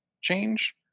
change